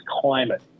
climate